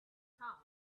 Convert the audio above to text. town